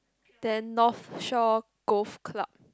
then North Shore Golf Club